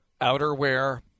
outerwear